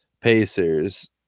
pacers